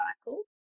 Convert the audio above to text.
cycle